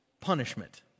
punishment